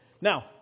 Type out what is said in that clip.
Now